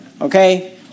Okay